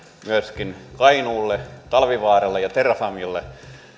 myöskin kainuulle talvivaaralle ja terrafamelle